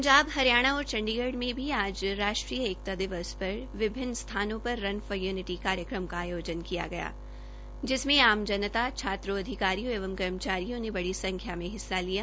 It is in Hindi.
पंजाब हरियाणा और चंडीगढ़ में भी आज राष्ट्रीय एकता दिवस पर विभिन्न स्थानों पर रन फॉर य्निटी कार्यक्रम का आयोजन किया गया जिसमें आम जनता छात्रों अधिकारियों एंव कर्मचारियों ने बड़ी संख्या में हिस्सा लिया